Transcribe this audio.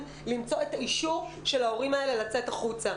למצוא את האישור של ההורים האלה לצאת החוצה.